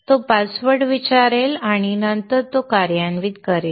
तो पासवर्ड विचारेल आणि नंतर तो कार्यान्वित करेल